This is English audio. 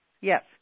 Yes